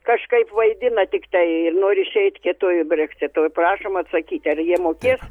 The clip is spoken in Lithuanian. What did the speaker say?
kažkaip vaidina tiktai nori išeit kietuoju breksitu prašom atsakyti ar jie mokės